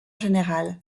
général